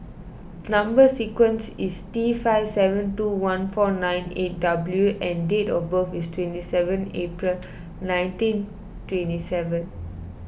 Number Sequence is T five seven two one four nine eight W and date of birth is twenty seven April nineteen twenty seven